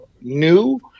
new